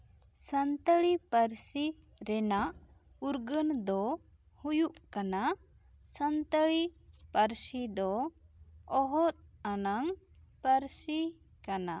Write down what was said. ᱥᱟᱱᱛᱟᱲᱤ ᱯᱟᱹᱨᱥᱤ ᱨᱮᱱᱟᱜ ᱩᱨᱜᱟᱹᱱ ᱫᱚ ᱦᱩᱭᱩᱜ ᱠᱟᱱᱟ ᱥᱟᱱᱛᱟᱲᱤ ᱯᱟᱹᱨᱥᱤ ᱫᱚ ᱚᱦᱚᱫᱽ ᱟᱱᱟᱝ ᱯᱟᱹᱨᱥᱤ ᱠᱟᱱᱟ